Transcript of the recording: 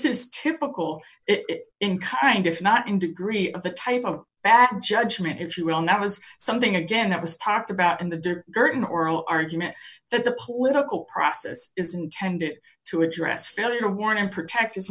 is typical it in kind if not in degree of the type of bad judgment if you will not was something again that was talked about in the dirt curtain oral argument that the political process is intended to address failure warning protect i